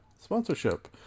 sponsorship